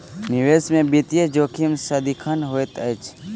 निवेश में वित्तीय जोखिम सदिखन होइत अछि